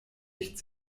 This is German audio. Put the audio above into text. nicht